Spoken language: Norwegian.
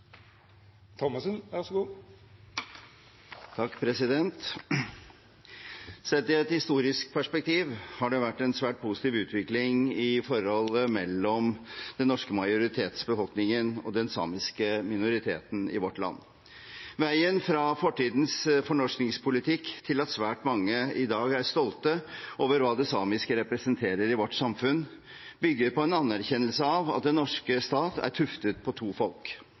Sett i et historisk perspektiv har det vært en svært positiv utvikling i forholdet mellom den norske majoritetsbefolkningen og den samiske minoriteten i vårt land. Veien fra fortidens fornorskingspolitikk til at svært mange i dag er stolte over hva det samiske representerer i vårt samfunn, bygger på en anerkjennelse av at den norske stat er tuftet på to folk.